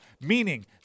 meaning –